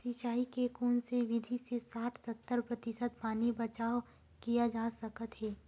सिंचाई के कोन से विधि से साठ सत्तर प्रतिशत पानी बचाव किया जा सकत हे?